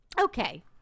Okay